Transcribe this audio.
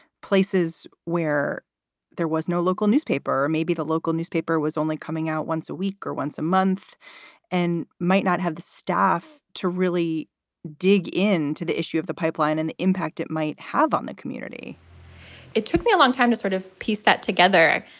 places where there was no local newspaper. maybe the local newspaper was only coming out once a week or once a month and might not have the staff to really dig in to the issue of the pipeline and the impact it might have on the community it took me a long time to sort of piece that together.